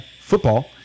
football